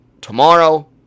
tomorrow